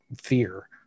fear